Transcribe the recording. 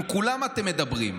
עם כולם אתם מדברים.